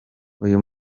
uyu